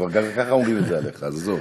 כבר ככה אומרים את זה עליך, אז עזוב.